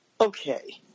okay